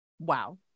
Wow